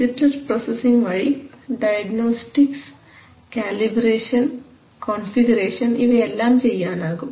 digital processing വഴി diagnostics calibration configuration ഇവയെല്ലാം ചെയ്യാനാകും